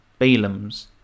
Balaams